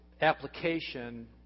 application